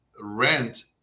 rent